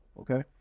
okay